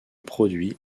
produit